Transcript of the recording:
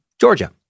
Georgia